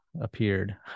appeared